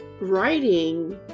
writing